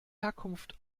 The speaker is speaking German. herkunft